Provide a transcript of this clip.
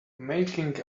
making